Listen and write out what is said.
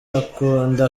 akunda